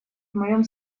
моем